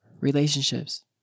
relationships